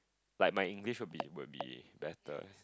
like my English would be would be better